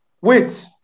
Wait